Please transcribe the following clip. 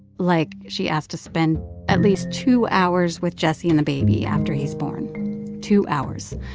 like, she asked to spend at least two hours with jessie and the baby after he's born two hours.